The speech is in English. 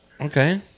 Okay